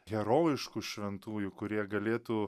herojiškų šventųjų kurie galėtų